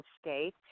state